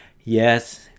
Yes